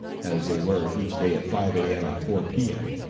as they were each day at five a m. and four p m,